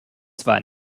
zwar